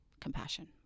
compassion